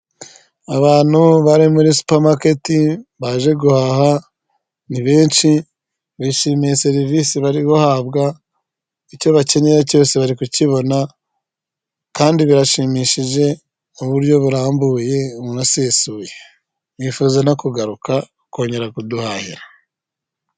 Abantu bari muri supamaketi baje guhaha ni benshi bishimiye serivisi bari guhabwa, icyo bakeneye cyose bari kukibona kandi birashimishije mu buryo burambuye buna sesuye bifuza no kugaruka kongera kuduhahira.